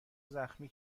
زخمی